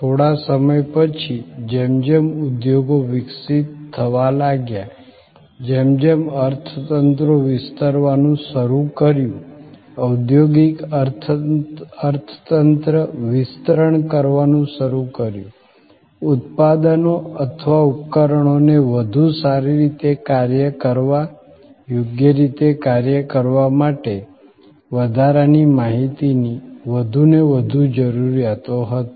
થોડા સમય પછી જેમ જેમ ઉદ્યોગો વિકસિત થવા લાગ્યા જેમ જેમ અર્થતંત્રો વિસ્તરવાનું શરૂ કર્યું ઔદ્યોગિક અર્થતંત્ર વિસ્તરણ કરવાનું શરૂ કર્યું ઉત્પાદનો અથવા ઉપકરણોને વધુ સારી રીતે કાર્ય કરવા યોગ્ય રીતે કાર્ય કરવા માટે વધારાની માહિતીની વધુ અને વધુ જરૂરિયાતો હતી